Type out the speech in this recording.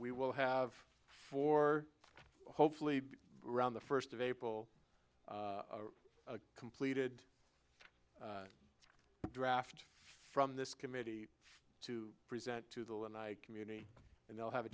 we will have for hopefully around the first of april a completed draft from this committee to present to the lanai community and they'll have a